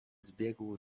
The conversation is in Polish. zbiegł